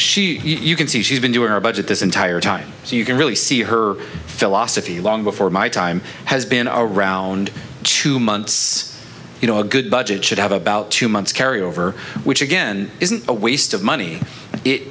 she you can see she's been doing her budget this entire time so you can really see her philosophy long before my time has been around two months you know a good budget should have about two months carry over which again isn't a waste of money it